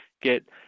get